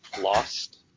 Lost